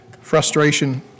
frustration